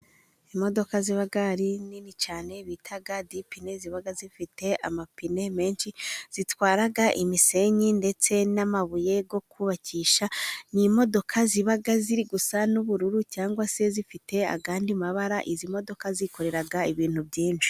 Imodoka ziba ari nini cyane bita dipine. Ziba zifite amapine menshi, zitwara imisenyi ndetse n'amabuye byo kubakisha. Ni imodoka ziba zisa n'ubururu cyangwa se zifite ayandi mabara. Izi modoka zikorera ibintu byinshi.